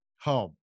home